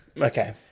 Okay